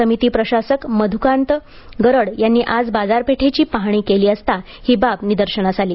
समिती प्रशासक मध्रकांत गरड यांनी आज बाजारपेठेची पाहणी केली असता ही बाब निदर्शनास आली